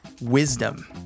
wisdom